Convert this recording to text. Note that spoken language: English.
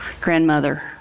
grandmother